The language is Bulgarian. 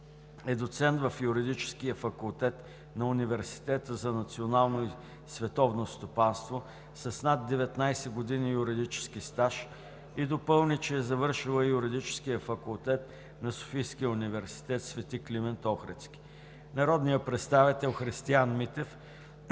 е доцент в Юридическия факултет на Университета за национално и световно стопанство с над 19 години юридически стаж и допълни, че е завършила Юридическия факултет на Софийския университет „Св. Климент Охридски“. Народният представител Христиан Митев